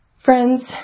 Friends